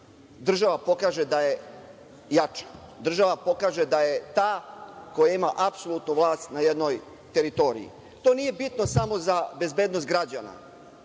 država pokaže da je jača, država pokaže da je ta koja ima apsolutnu vlast na jednoj teritoriji. To nije bitno samo za bezbednost građana,